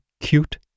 cute